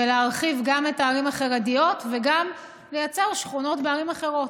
להרחיב גם את הערים החרדיות וגם לייצר שכונות בערים אחרות.